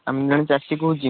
ଆ ମୁଁ ଜଣେ ଚାଷୀ କହୁଛି